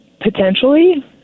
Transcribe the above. potentially